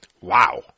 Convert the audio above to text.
Wow